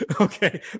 Okay